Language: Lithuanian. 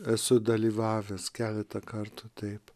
esu dalyvavęs keletą kartų taip